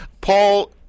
Paul